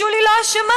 שולי לא אשמה,